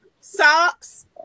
socks